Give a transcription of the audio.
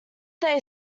they